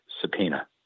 subpoena